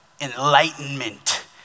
Enlightenment